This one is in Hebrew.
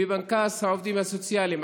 בפנקס העובדים הסוציאליים.